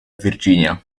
virginia